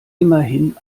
immerhin